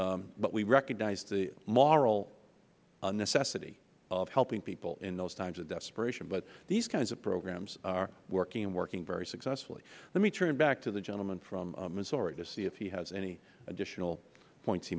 unemployed but we recognize the moral necessity of helping people in those times of desperation these kinds of programs are working and working very successfully let me turn back to the gentleman from missouri to see if he has any additional points